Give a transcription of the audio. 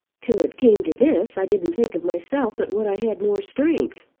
till it came to this i didn't think of myself but what i had more strength.